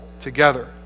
together